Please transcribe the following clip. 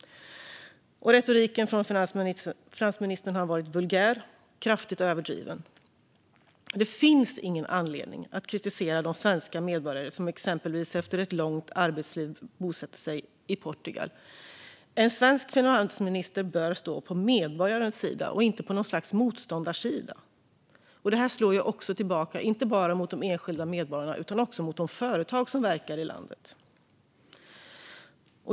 Retoriken från finansministern har varit vulgär och kraftigt överdriven. Det finns ingen anledning att kritisera de svenska medborgare som exempelvis efter ett långt arbetsliv bosätter sig i Portugal. En svensk finansminister bör stå på medborgarens sida och inte på något slags motståndarsida. Det här slår också tillbaka, inte bara mot de enskilda medborgarna utan även mot de företag som verkar i landet.